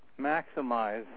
maximize